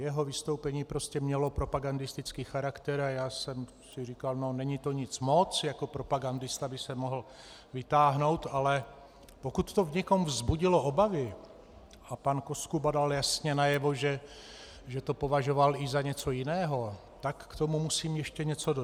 Jeho vystoupení prostě mělo propagandistický charakter a já jsem si říkal: no, není to nic moc, jako propagandista by se mohl vytáhnout, ale pokud to v někom vzbudilo obavy a pan Koskuba dal jasně najevo, že to považoval i za něco jiného, tak k tomu musím ještě něco dodat.